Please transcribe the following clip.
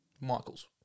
Michaels